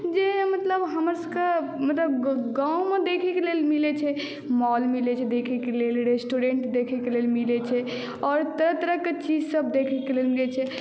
जे मतलब हमरसभके मतलब गाममे देखैके लेल मिलैत छै मॉल मिलैत छै देखैके लेल रेस्टुरेंट देखैके लेल मिलैत छै आओर तरह तरहके चीजसभ देखयके लेल मिलैत छै